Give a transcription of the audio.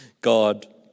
God